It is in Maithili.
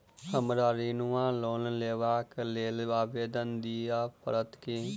हमरा ऋण वा लोन लेबाक लेल आवेदन दिय पड़त की?